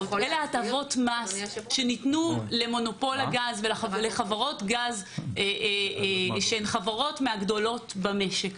כולל הטבות המס שניתנו למונופול הגז ולחברות גז שהן הגדולות במשק.